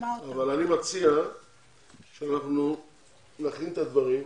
מציע שנכין את הדברים,